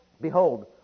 Behold